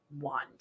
want